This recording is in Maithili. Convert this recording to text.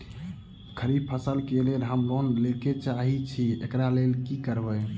खरीफ फसल केँ लेल हम लोन लैके चाहै छी एकरा लेल की करबै?